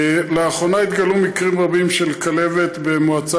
לאחרונה התגלו מקרים רבים של כלבת במועצה